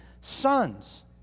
sons